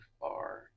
far